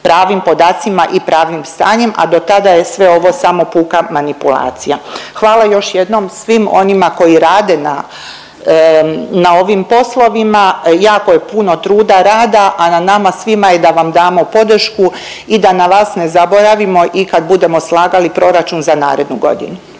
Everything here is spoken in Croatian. pravim podacima i pravnim stanjem, a do tada je sve ovo samo puka manipulacija. Hvala još jednom svim onima koji rade na ovim poslovima, jako je puno truda, rada, a na nama svima je da vam damo podršku i da na vas ne zaboravimo i kad budemo slagali proračun za narednu godinu.